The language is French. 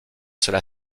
cela